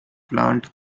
plant